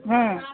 হ্যাঁ